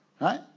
Right